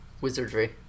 Wizardry